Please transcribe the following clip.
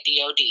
DOD